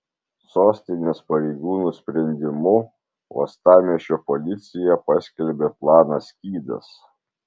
sostinės pareigūnų sprendimu uostamiesčio policija paskelbė planą skydas